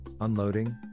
unloading